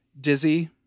Dizzy